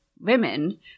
women